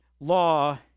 Law